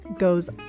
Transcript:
goes